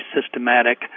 systematic